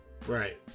Right